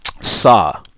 Saw